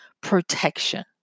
protection